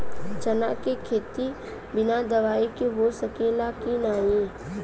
चना के खेती बिना दवाई के हो सकेला की नाही?